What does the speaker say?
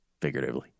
figuratively